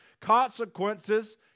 consequences